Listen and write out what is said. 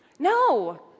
No